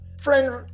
Friend